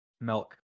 Milk